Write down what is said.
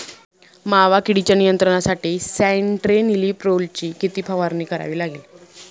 मावा किडीच्या नियंत्रणासाठी स्यान्ट्रेनिलीप्रोलची किती फवारणी करावी लागेल?